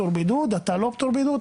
אתה פטור בידוד,